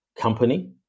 company